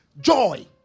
joy